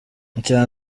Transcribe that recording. icya